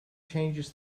changes